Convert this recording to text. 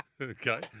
Okay